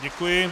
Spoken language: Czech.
Děkuji.